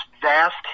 vast